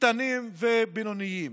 קטנים ובינוניים.